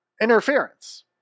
interference